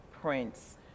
prince